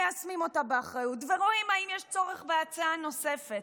מיישמים אותה באחריות ורואים אם יש צורך בהצעה נוספת.